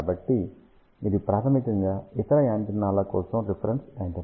కాబట్టి ఇది ప్రాథమికంగా ఇతర యాంటెన్నాల కోసం రిఫరెన్స్ యాంటెన్నా